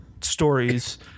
stories